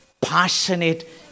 passionate